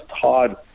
Todd